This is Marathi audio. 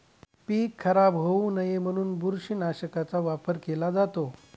पीक खराब होऊ नये म्हणून बुरशीनाशकाचा वापर केला जातो